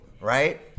right